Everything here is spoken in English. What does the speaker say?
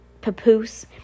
papoose